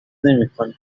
نمیکنیم